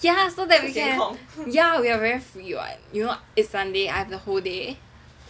ya so that we can ya we are very free [what] you know it's sunday I have the whole day